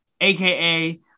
AKA